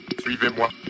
Suivez-moi